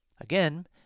Again